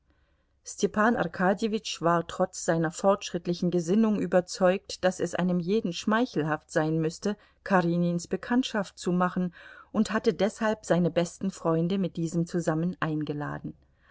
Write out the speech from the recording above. arkadjewitsch war trotz seiner fortschrittlichen gesinnung überzeugt daß es einem jeden schmeichelhaft sein müsse karenins bekanntschaft zu machen und hatte deshalb seine besten freunde mit diesem zusammen eingeladen